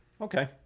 Okay